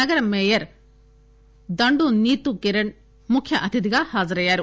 నగర మేయర్ దండు నీతు కిరణ్ ముఖ్యఅతిధిగా హాజరయ్యారు